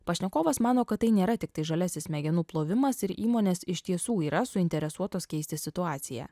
pašnekovas mano kad tai nėra tiktai žaliasis smegenų plovimas ir įmonės iš tiesų yra suinteresuotos keisti situaciją